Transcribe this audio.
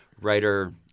writer